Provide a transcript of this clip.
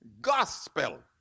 Gospel